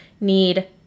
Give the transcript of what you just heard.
need